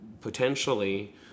potentially